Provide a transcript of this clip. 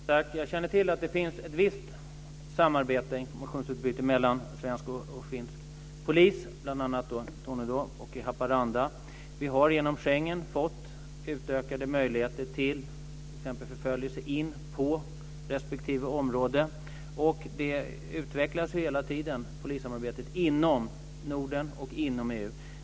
Fru talman! Jag känner till att det finns ett visst samarbete och informationsutbyte mellan svensk och finsk polis, bl.a. i Tornedalen och i Haparanda. Vi har genom Schengen fått utökade möjligheter till t.ex. förföljelse in på respektive område. Polissamarbetet utvecklas hela tiden inom Norden och inom EU.